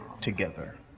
together